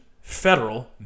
federal